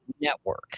network